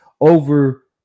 over